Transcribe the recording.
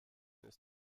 ist